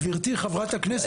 גברתי חברת הכנסת,